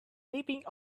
leaping